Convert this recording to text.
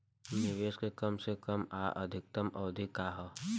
निवेश के कम से कम आ अधिकतम अवधि का है?